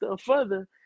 further